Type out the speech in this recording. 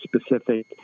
specific